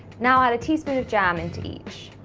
now add a teaspoon of jam into each.